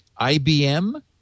IBM